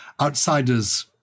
Outsiders